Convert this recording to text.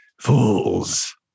Fools